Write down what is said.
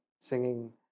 singing